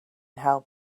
help